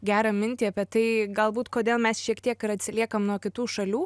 gerą mintį apie tai galbūt kodėl mes šiek tiek ir atsiliekam nuo kitų šalių